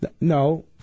No